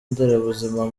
nderabuzima